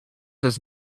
does